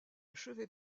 chevet